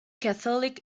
catholic